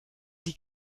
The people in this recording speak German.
die